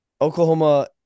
Oklahoma